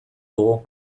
dugu